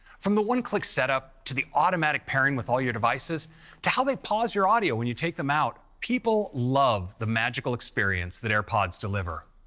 from the one-click setup to the automatic pairing with all your devices to how they pause your audio when you take them out, people love the magical experience that airpods deliver.